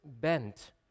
bent